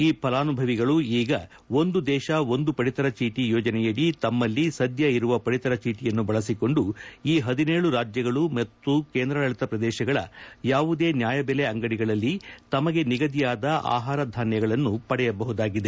ಈ ಫಲಾನುಭವಿಗಳು ಈಗ ಒಂದು ದೇಶ ಒಂದು ಪಡಿತರ ಚೀಟಿ ಯೋಜನೆಯಡಿ ತಮ್ಮಲ್ಲಿ ಸದ್ಯ ಇರುವ ಪಡಿತರ ಚೀಟಿಯನ್ನು ಬಳಸಿಕೊಂಡು ಈ ರಾಜ್ಯಗಳು ಮತ್ತು ಕೇಂದ್ರಾಡಳಿತ ಪ್ರದೇಶಗಳ ಯಾವುದೇ ನ್ಯಾಯಬೆಲೆ ಅಂಗಡಿಗಳಲ್ಲಿ ತಮಗೆ ನಿಗದಿಯಾದ ಆಹಾರ ಧಾನ್ಯಗಳನ್ನು ಪಡೆಯಬಹುದಾಗಿದೆ